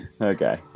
Okay